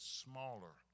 smaller